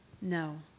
No